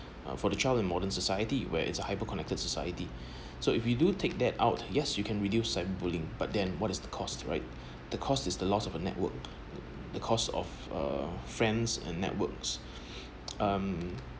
for the child in modern society where it's a hyper-connected society so if we do take that out yes you can reduce cyber-bullying but then what is the cost right the cost is the loss of a network the cost of uh friends and networks um